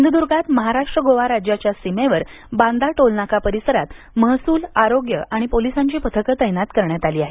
सिंध्दूर्गात महाराष्ट्र गोवा राज्याच्या सीमेवर बांदा टोलनाका परिसरात महसुल आरोग्य आणि पोलीसांची पथकं तैनात करण्यात आली आहेत